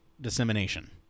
dissemination